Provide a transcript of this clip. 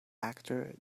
actor